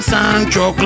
Sancho